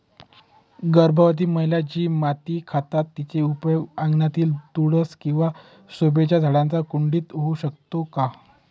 गर्भवती महिला जी माती खातात तिचा उपयोग अंगणातील तुळस किंवा शोभेच्या झाडांच्या कुंडीत होऊ शकतो का?